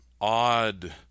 odd